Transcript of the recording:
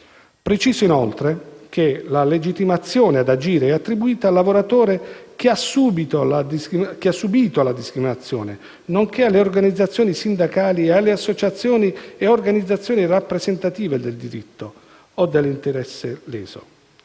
Preciso inoltre che la legittimazione ad agire è attribuita al lavoratore che ha subito la discriminazione, nonché alle organizzazioni sindacali ed alle associazioni ed organizzazioni rappresentative del diritto o dell'interesse leso.